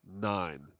nine